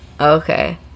Okay